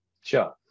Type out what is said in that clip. sure